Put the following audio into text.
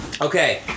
Okay